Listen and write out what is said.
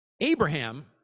Abraham